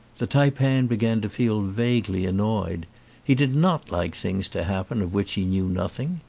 the taipan began to feel vaguely annoyed he did not like things to happen of which he knew nothing.